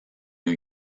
new